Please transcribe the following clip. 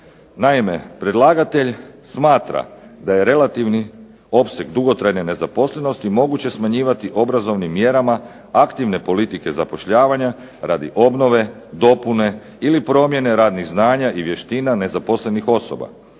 Naime, predlagatelj smatra da je relativni opseg dugotrajne nezaposlenosti moguće smanjivati obrazovnim mjerama aktivne politike zapošljavanja radi obnove, dopune ili provjere radnih znanja i vještina nezaposlenih osoba,